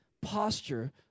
posture